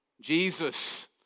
Jesus